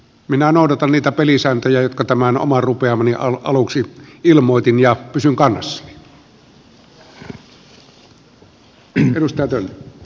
minä noudatan niitä pelisääntöjä jotka tämän oman rupeamani aluksi ilmoitin ja pysyn kannassani